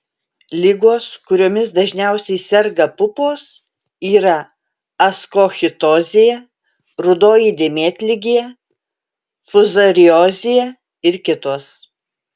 ligos kuriomis dažniausiai serga pupos yra askochitozė rudoji dėmėtligė fuzariozė ir kitos